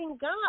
God